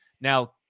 Now